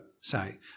say